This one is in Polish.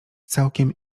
całkiem